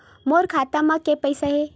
मोर खाता म के पईसा हे?